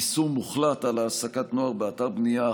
איסור מוחלט של העסקת נוער באתרי בנייה,